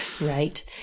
Right